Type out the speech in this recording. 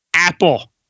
Apple